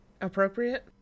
appropriate